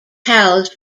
housed